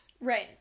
Right